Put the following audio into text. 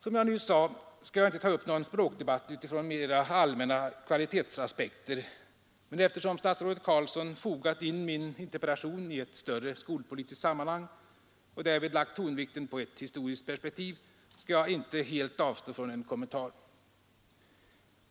Som jag nyss sade skall jag inte ta upp någon språkdebatt utifrån allmänna kvalitetsaspekter, men eftersom statsrådet Carlsson fogat in min interpellation i ett större skolpolitiskt sammanhang och därvid lagt tonvikten på ett historiskt perspektiv skall jag inte helt avstå från en kommentar.